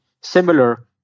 similar